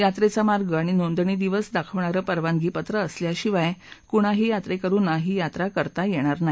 यात्रक्रि मार्ग आणि नोंदणी दिवस दाखवणार प्रिवानगी पत्र असल्याशिवाय कुणाही यात्रक्कूना ही यात्रा करता यप्तिर नाही